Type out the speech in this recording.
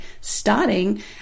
starting